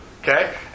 Okay